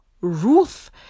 Ruth